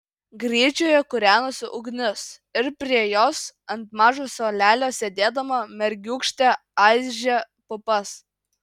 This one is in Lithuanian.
gryčioje kūrenosi ugnis ir prie jos ant mažo suolelio sėdėdama mergiūkštė aižė pupas